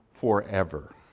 forever